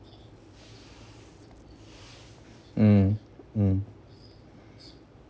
mm mm